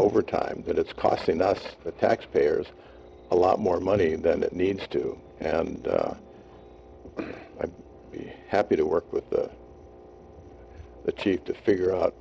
overtime but it's costing us the taxpayers a lot more money than it needs to and i'd be happy to work with the chief to figure out